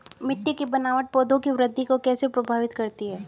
मिट्टी की बनावट पौधों की वृद्धि को कैसे प्रभावित करती है?